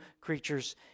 creatures